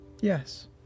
Yes